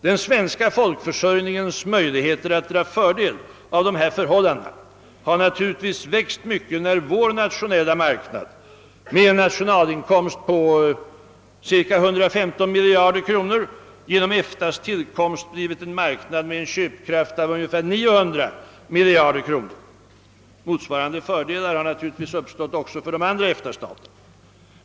Den svenska folkförsörjningens möjligheter att dra fördel av dessa förhållanden har naturligtvis växt mycket när vår nationella marknad med en nationalinkomst på cirka 115 miljarder kronor genom EFTA:s tillkomst blivit en marknad med en köpkraft av ungefär 900 miljarder kronor. Motsvarande fördelar har naturligtvis uppstått också för de andra EFTA-staterna.